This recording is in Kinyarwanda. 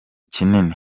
kinini